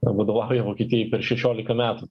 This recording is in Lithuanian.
vadovauja vokietijai per šešiolika metų